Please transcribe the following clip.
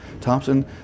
Thompson